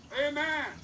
Amen